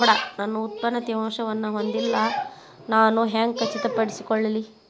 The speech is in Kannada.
ನನ್ನ ಉತ್ಪನ್ನ ತೇವಾಂಶವನ್ನು ಹೊಂದಿಲ್ಲಾ ನಾನು ಹೆಂಗ್ ಖಚಿತಪಡಿಸಿಕೊಳ್ಳಲಿ?